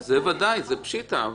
זה ודאי, זה פשיטא.